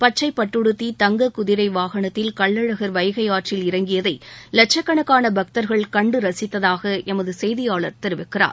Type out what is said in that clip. பச்சை பட்டு உடுத்தி தங்க குதிரை வாகனத்தில் கள்ளழகர் வைகை ஆற்றில் இறங்கியதை லட்சக்கணக்கான பக்தர்கள் கண்டு ரசித்ததாக எமது செய்தியாளர் தெரிவிக்கிறார்